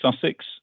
Sussex